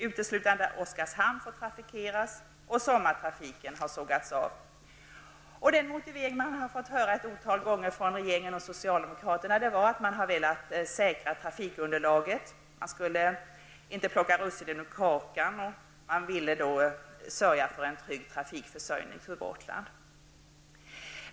Uteslutande Den motivering vi har fått höra ett antal gånger från regeringen och socialdemokraterna är att man har velat säkra trafikunderlaget -- ingen skulle få plocka russinen ur kakan -- och därmed säkra en trygg trafikförsörjning till Gotland.